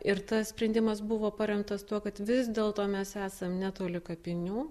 ir tas sprendimas buvo paremtas tuo kad vis dėlto mes esam netoli kapinių